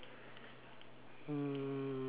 mm